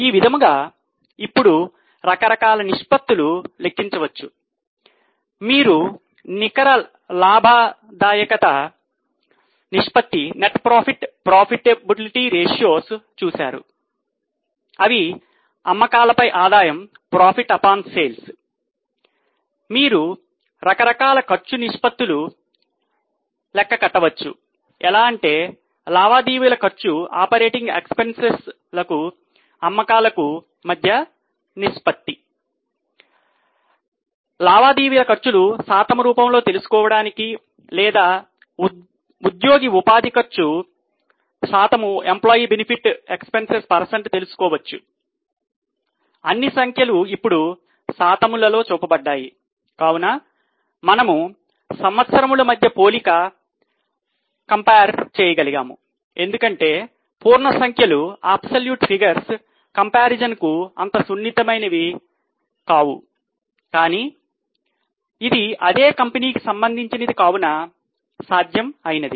ఈ విధముగా ఇప్పుడు రకరకాల నిష్పత్తులు లెక్కించవచ్చు మీరు నికర లాభ లాభదాయకత నిష్పత్తి కావు కానీ ఇది అదే కంపెనీకి సంబంధించినది కావున ఇది సాధ్యం అయినది